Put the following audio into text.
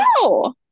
No